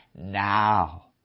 now